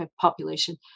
population